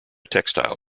textile